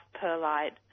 perlite